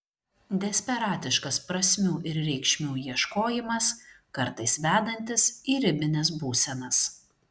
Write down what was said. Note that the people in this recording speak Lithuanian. desperatiškas prasmių ir reikšmių ieškojimas kartais vedantis į ribines būsenas